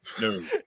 No